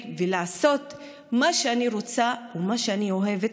ולעשות מה שאני רוצה ומה שאני אוהבת,